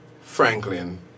Franklin